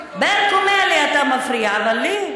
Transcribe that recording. מילא אתה מפריע לברקו, אבל לי?